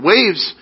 Waves